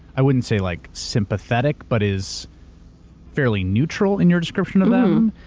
i wouldn't say like sympathetic, but is fairly neutral in your description of them.